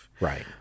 Right